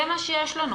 זה מה שיש לנו,